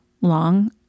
long